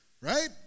right